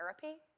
therapy